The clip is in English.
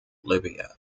libya